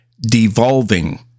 devolving